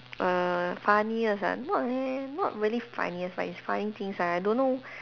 err funniest ah not really not really funniest but it's funny things ah I don't know